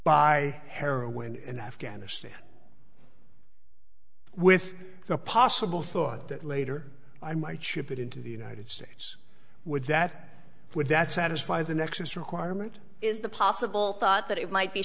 buy heroin in afghanistan with the possible thought that later i might ship it into the united states would that would that satisfy the nexus requirement is the possible thought that it might be